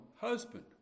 husband